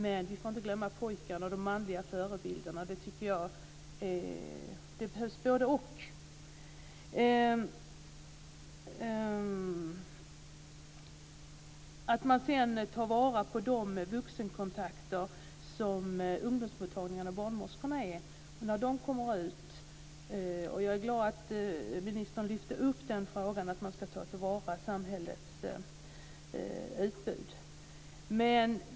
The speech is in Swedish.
Men vi får inte glömma pojkarna och de manliga förebilderna - det behövs både-och. Man ska ta vara på de vuxenkontakter som ungdomsmottagningarna och barnmorskorna ger när de kommer ut. Jag är glad att ministern lyfte upp frågan om att man ska ta till vara samhällets utbud.